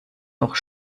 noch